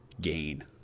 gain